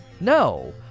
no